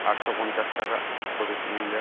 আটশো পঞ্চাশ টাকা প্রতি সিলিণ্ডার